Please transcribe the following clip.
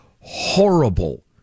horrible